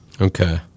okay